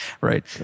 right